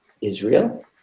Israel